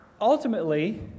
ultimately